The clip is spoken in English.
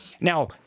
Now